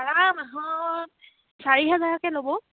ভাড়া মাহত চাৰি হেজাৰকে ল'ব